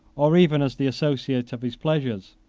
or even as the associate of his pleasures.